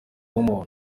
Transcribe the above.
w’umuntu